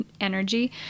energy